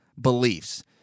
beliefs